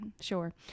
sure